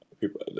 people